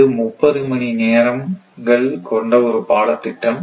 இது 30 மணி நேரங்கள் கொண்ட ஒரு பாடத்திட்டம்